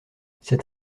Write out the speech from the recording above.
c’est